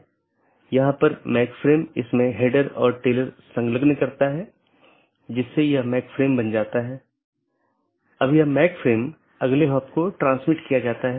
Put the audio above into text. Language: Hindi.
तो एक है optional transitive वैकल्पिक सकर्मक जिसका मतलब है यह वैकल्पिक है लेकिन यह पहचान नहीं सकता है लेकिन यह संचारित कर सकता है